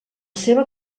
seva